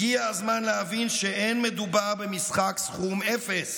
הגיע הזמן להבין שאין מדובר במשחק סכום אפס,